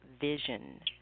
vision